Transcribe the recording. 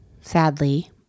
sadly